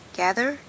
gather